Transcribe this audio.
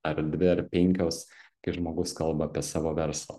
ar dvi ar penkios kai žmogus kalba apie savo verslą